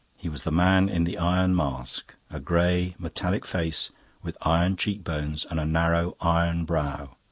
he was the man in the iron mask. a grey metallic face with iron cheek-bones and a narrow iron brow